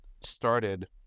started